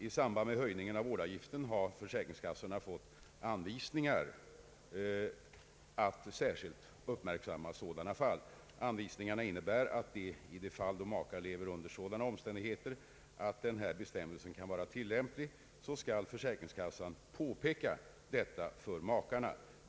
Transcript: I samband med höjningen av vårdavgiften har försäkringskassorna fått anvisningar att särskilt uppmärksamma sådana fall. Anvisningarna innebär att då makar lever under sådana omständigheter att denna bestämmelse kan vara tillämplig, skall försäkringskassan påpeka detta för makarna.